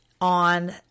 on